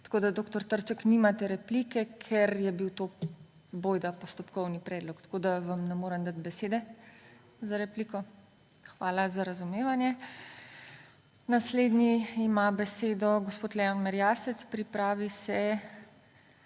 Tako da dr. Trček nimate replike, ker je bil to bojda postopkovni predlog in vam ne morem dati besede za repliko. Hvala za razumevanje. Naslednji ima besedo gospod Leon Merjasec, pripravi se